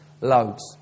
Loads